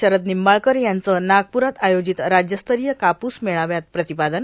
शरद निंबाळकर यांचं नागप्रात आयोजित राज्यस्तरीय काप्स मेळाव्यात प्रतिपादन